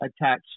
attach